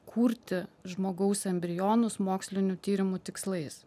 kurti žmogaus embrionus mokslinių tyrimų tikslais